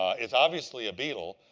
it's obviously a beetle,